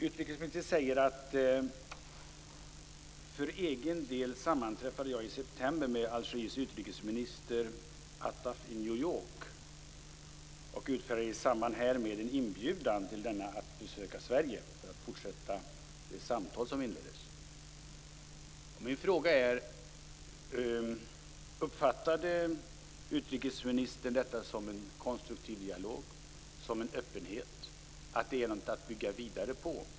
Utrikesministern säger att hon för sin del sammanträffade i september med Algeriets utrikesminister Attaf i New York och utfärdade i samband därmed en inbjudan till denne att besöka Sverige för att fortsätta de samtal som inleddes. Min fråga är: Uppfattade utrikesministern detta som en konstruktiv dialog, en öppenhet, någonting att bygga vidare på?